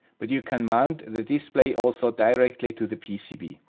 but you can mount the display also directly to the pcb.